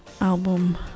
album